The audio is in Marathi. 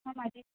हां माझी